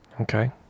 okay